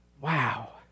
Wow